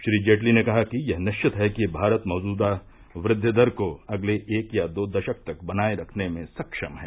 श्री जेटली ने कहा कि यह निश्चित है कि भारत मौजूदा वृद्वि दर को अगले एक या दो दशक तक बनाये रखने में सक्षम है